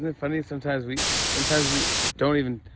funny? sometimes we sometimes we don't even